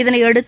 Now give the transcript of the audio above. இதனையடுத்து